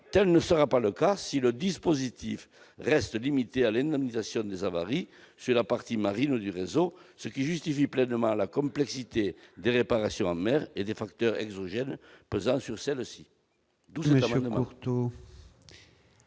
Tel ne sera pas le cas si le dispositif reste limité à l'indemnisation des avaries sur la partie marine du réseau, ce que justifie pleinement la complexité des réparations en mer et des facteurs exogènes pesant sur celles-ci.